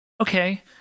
okay